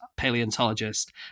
paleontologist